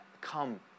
come